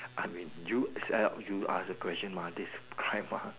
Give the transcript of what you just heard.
I mean you you ask the question mah this kind mah